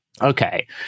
Okay